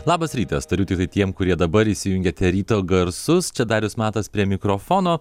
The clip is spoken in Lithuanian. labas rytas tariu tiktai tiem kurie dabar įsijungiate ryto garsus čia darius matas prie mikrofono